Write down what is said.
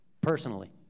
personally